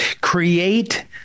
create